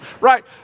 Right